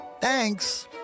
Thanks